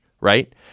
right